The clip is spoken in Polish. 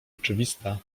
oczywista